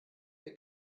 der